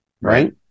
right